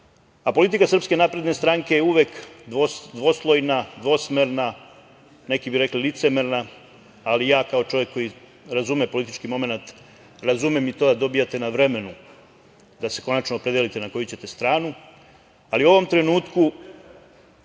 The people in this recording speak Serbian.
a politika SNS je uvek dvoslojna, dvosmerna, neki bi rekli licemerna, ali ja kao čovek koji razume politički momenat, razumem i to da dobijate na vremenu da se konačno opredelite na koju ćete stranu, ali u ovom trenutku